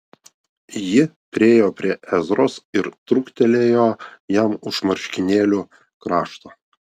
ji priėjo prie ezros ir truktelėjo jam už marškinėlių krašto